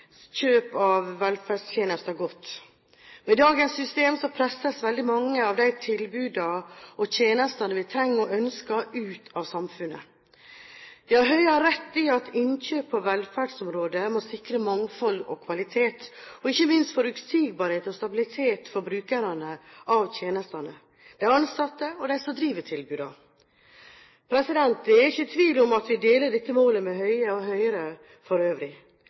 kjøp av velferdstjenester godt. Med dagens system presses veldig mange av de tilbudene og tjenestene vi trenger og ønsker, ut av samfunnet. Høie har rett i at innkjøp på velferdsområdet må sikre mangfold og kvalitet – og ikke minst forutsigbarhet og stabilitet for brukerne av tjenestene, de ansatte og de som driver tilbudene. Jeg er ikke i tvil om at vi deler dette målet med Høie og Høyre for øvrig.